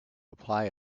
apply